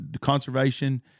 conservation